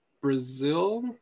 brazil